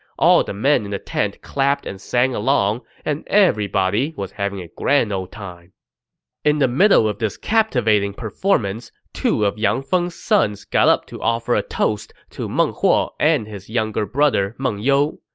all the men in the tent clapped and sang along, and everybody was having a grand ol' time in the middle of this captivating performance, two of yang feng's sons got up to offer a toast to meng huo and and his younger brother meng you.